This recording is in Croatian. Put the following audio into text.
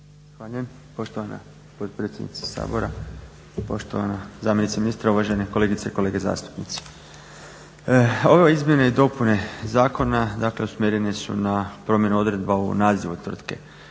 poštovana potpredsjednice Sabora, poštovana zamjenice ministra, uvažene kolegice i kolege zastupnici. Ove izmjene i dopune zakona dakle usmjerene su na promjene odredba u nazivu tvrtke.